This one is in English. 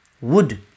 wood